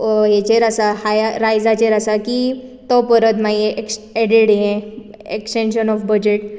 हाचेर आसा रायजाचेर आसा की तो परत मागीर एडीड हें एक्सटॅन्शन ऑफ बजट